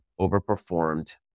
overperformed